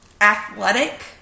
athletic